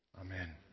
Amen